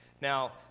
Now